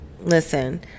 listen